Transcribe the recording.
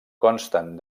consten